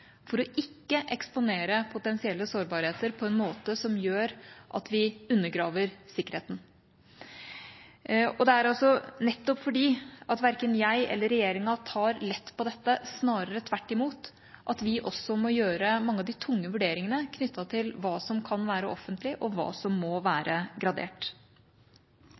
for ikke å eksponere potensielle sårbarheter på en måte som gjør at vi undergraver sikkerheten. Det er nettopp fordi verken jeg eller regjeringa tar lett på dette – snarere tvert imot – at vi også må gjøre mange av de tunge vurderingene knyttet til hva som kan være offentlig, og hva som må være gradert.